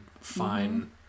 fine